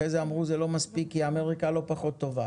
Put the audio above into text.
אחרי זה אמרו זה לא מספיק כי אמריקה לא פחות טובה,